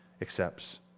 accepts